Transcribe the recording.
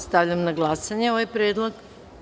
Stavljam na glasanje ovaj predlog.